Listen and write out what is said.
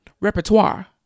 repertoire